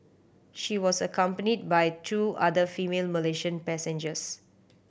she was accompanied by two other female Malaysian passengers